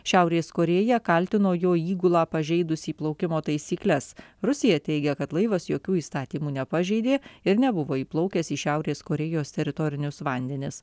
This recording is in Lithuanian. šiaurės korėja kaltino jo įgulą pažeidusį plaukimo taisykles rusija teigia kad laivas jokių įstatymų nepažeidė ir nebuvo įplaukęs į šiaurės korėjos teritorinius vandenis